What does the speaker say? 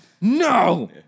No